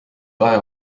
kahe